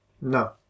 No